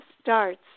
starts